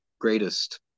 greatest